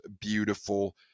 beautiful